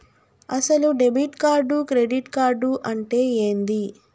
అసలు debit card credit card అంటే ఏంది?